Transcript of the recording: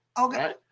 Okay